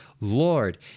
Lord